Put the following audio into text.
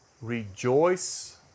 Rejoice